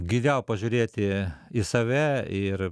giliau pažiūrėti į save ir